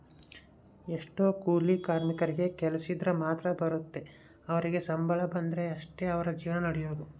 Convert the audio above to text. ಎಷ್ಟೊ ಕೂಲಿ ಕಾರ್ಮಿಕರಿಗೆ ಕೆಲ್ಸಿದ್ರ ಮಾತ್ರ ಬರುತ್ತೆ ಅವರಿಗೆ ಸಂಬಳ ಬಂದ್ರೆ ಅಷ್ಟೇ ಅವರ ಜೀವನ ನಡಿಯೊದು